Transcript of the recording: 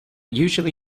usually